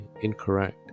incorrect